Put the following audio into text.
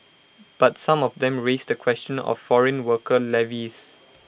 but some of them raise the question of foreign worker levies